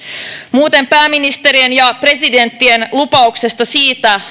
muuten pääministerien ja presidenttien lupauksesta siitä